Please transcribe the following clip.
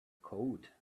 code